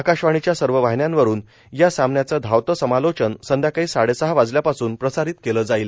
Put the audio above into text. आकाशवाणीच्या सर्व वाहिन्यांवरून या सामन्याच धावतं समालोचन संध्याकाळी साडेसहा वाजल्यापासून प्रसारित केलं जाईल